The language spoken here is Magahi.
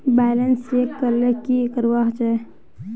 बैलेंस चेक करले की करवा होचे?